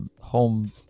home